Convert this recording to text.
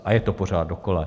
A je to pořád dokola.